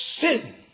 sin